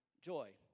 Joy